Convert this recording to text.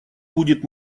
будет